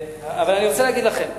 אבל אני רוצה להגיד לכם,